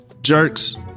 jerks